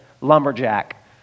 lumberjack